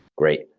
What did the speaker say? great.